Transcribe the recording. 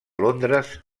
londres